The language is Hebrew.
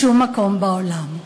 בשום מקום בעולם.